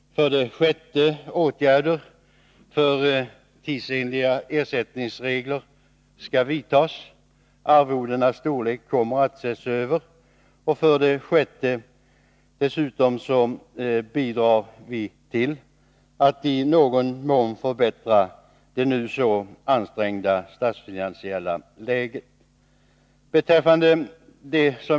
För det femte: Åtgärder för tidsenliga ersättningsregler skall vidtas. Arvodenas storlek kommer att ses över. För det sjätte: Vi bidrar dessutom till att i någon mån förbättra det nu så ansträngda statsfinansiella läget.